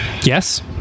Yes